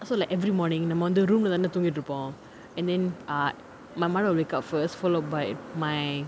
so like every morning நம்ம வந்து:namma vanthu room lah தான தூங்கிட்டு இருப்போம்:thana thoongittu iruppom and then uh my mother will wake up first followed by my